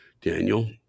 Daniel